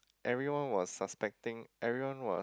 everyone was suspecting everyone was